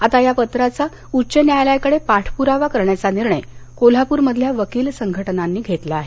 आता या पत्राचा उच्च न्यायालयाकडे पाठपुरावा करण्याचा निर्णय कोल्हापूरमधल्या वकील संघटनांनी घेतला आहे